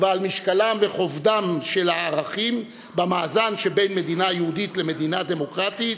ועל משקלם וכובדם של הערכים במאזן שבין מדינה יהודית למדינה דמוקרטית,